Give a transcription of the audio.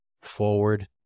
forward